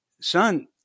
son